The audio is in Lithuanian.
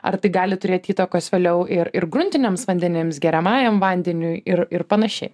ar tai gali turėt įtakos vėliau ir ir gruntiniams vandenims geriamajam vandeniui ir ir panašiai